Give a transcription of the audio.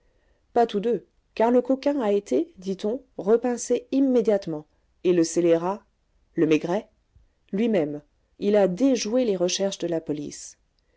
pas tous deux car le coquin à été dit-on repincé immédiatement et le scélérat le maigret lui-même il a déjoué les recherches de la police